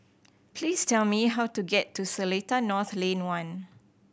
please tell me how to get to Seletar North Lane One